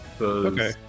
Okay